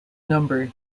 number